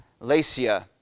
Lacia